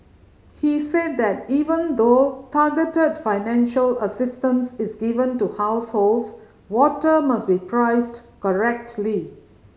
he said that even though targeted financial assistance is given to households water must be priced correctly